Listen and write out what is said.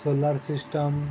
solar system